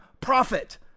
profit